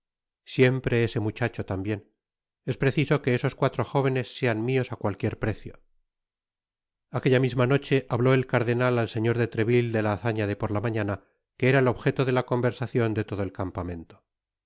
siempre ese muchacho tambien es preciso que esos cuatro jóvenes sean míos á cualquier precio aquella misma noche habló el cardenal al señor de treville de la hazaña de por la mañana que era el objeto de la conversacion de todo el campamento